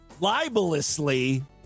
libelously